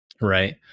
right